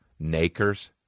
Nakers